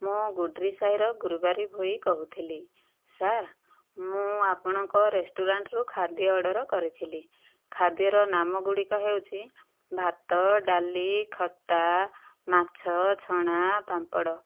ମୁଁ ଗୁଦ୍ରି ସାହିର ଗୁରୁବାରୀ ଭୋଇ କହୁଥିଲି ସାର୍ ମୁଁ ଆପଣଙ୍କ ରେଷ୍ଟରୁରାଣ୍ଟରୁ ଖାଦ୍ୟ ଅର୍ଡ଼ର କରିଥିଲି ଖାଦ୍ୟର ନାମ ଗୁଡ଼ିକ ହେଉଛି ଭାତ ଡାଲି ଖଟା ମାଛ ଛଣା ପାମ୍ପଡ଼